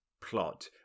plot